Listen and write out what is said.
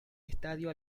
estadio